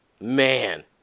man